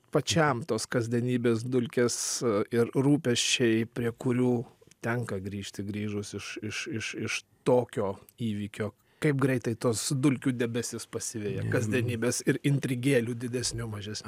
pačiam tos kasdienybės dulkės ir rūpesčiai prie kurių tenka grįžti grįžus iš iš iš iš tokio įvykio kaip greitai tos dulkių debesis pasiveja kasdienybės ir intrigėlių didesnių mažesnių